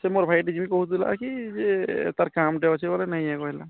ତୁମର୍ ଭାଇଟି ଯିବି କୋହୁଥିଲା କି ଯେ ତାର୍ କାମ୍ ଟେ ଅଛି ବୋଲେ ନେଇଁ ଯାଇ କହିଲା